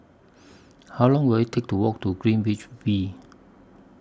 How Long Will IT Take to Walk to Greenwich V